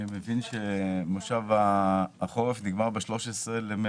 אני מבין שמושב החורף מסתיים ב-13 במרץ.